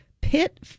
pit